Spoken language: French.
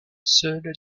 seul